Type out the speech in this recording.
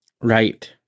Right